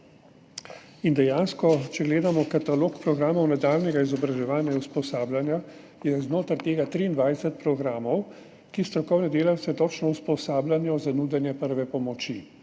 osvešča. Če gledamo Katalog programov nadaljnjega izobraževanja in usposabljanja, je znotraj tega 23 programov, ki strokovne delavce točno usposabljajo za nudenje prve pomoči.